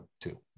two